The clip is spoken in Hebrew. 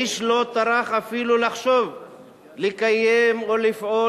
איש לא טרח אפילו לחשוב לקיים או לפעול